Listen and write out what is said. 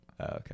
Okay